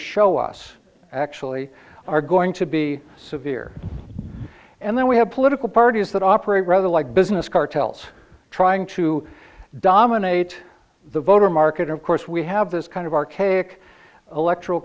show us actually are going to be severe and then we have political parties that operate rather like business cartels trying to dominate the voter market of course we have this kind of archaic elect